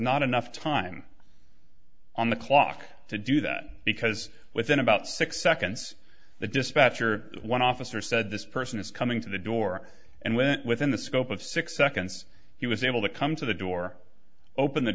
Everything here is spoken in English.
not enough time on the clock to do that because within about six seconds the dispatcher one officer said this person is coming to the door and went within the scope of six seconds he was able to come to the door open the